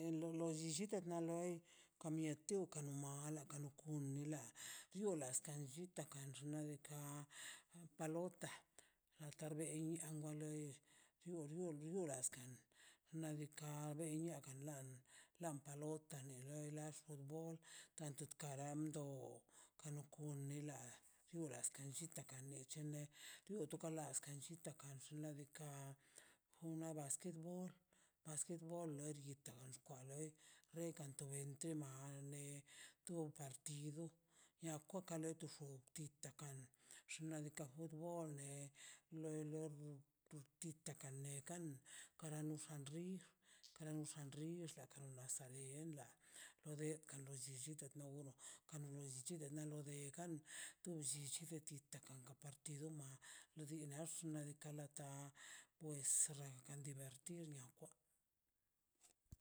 Lo llichit na loi ka mietukan la nola kamie kula yuolasmita kan xnadika palota lotarbien loi ru rudialas nadika ben niaka lan lania lota na nie la xgonbol tanto karamb do karan ku nila diorax tan llita ka nichan nie dun tukalastie chitan karxi nadika una basquet bol basquet bol loi latan xkwan loi rekan to ente ne to partido niakwa ka le toxub tita kan xna' diika' futbol lei no no tu titan kanela kara noxa rir karan dixan rixan ronasaren ia lo den ka lo llichicha na gono ka lollichi kano denkan tu llichi chotakan partido ma dinax di kala ta pues rakan divertido arnia kwa